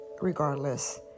regardless